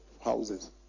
houses